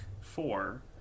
four